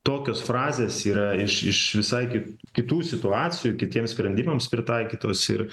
tokios frazės yra iš iš visai ki kitų situacijų kitiems sprendimams pritaikytos ir